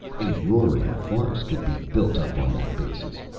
a roaring farce could be built up on that basis.